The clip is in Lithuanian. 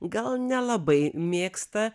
gal nelabai mėgsta